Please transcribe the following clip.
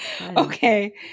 okay